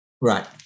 Right